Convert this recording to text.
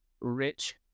Rich